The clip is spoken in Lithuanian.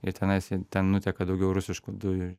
į tenais į ten nuteka daugiau rusiškų dujų